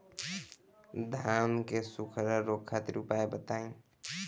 धान के सुखड़ा रोग खातिर उपाय बताई?